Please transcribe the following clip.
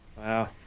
Wow